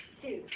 two